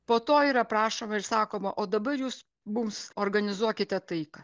po to yra prašoma ir sakoma o dabar jūs mums organizuokite taiką